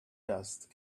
dust